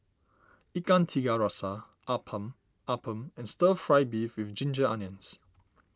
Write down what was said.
Ikan Tiga Rasa Appam Appam and Stir Fry Beef with Ginger Onions